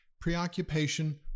preoccupation